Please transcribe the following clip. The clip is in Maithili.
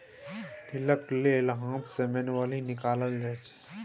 तिलक तेल हाथ सँ मैनुअली निकालल जाइ छै